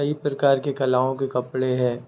कई प्रकार के कलाओं के कपड़े हैं